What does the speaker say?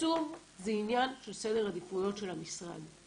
ותקצוב זה עניין של סדר עדיפויות של המשרד.